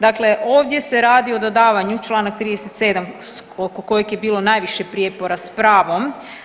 Dakle, ovdje se radi o dodavanju, članak 37. oko kojeg je bilo najviše prijepora s pravom.